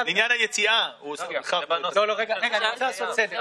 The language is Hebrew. גדולה של הסטודנטים,